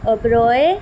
Oberoi